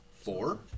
Four